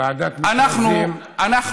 ועדת מכרזים של